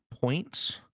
points